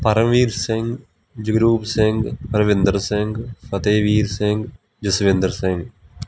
Paramvir Singh Jagroop Singh Balwinder Singh Fateh Veer Singh Jaswinder Singh